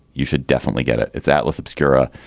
you should definitely get it. it's atlas obscura.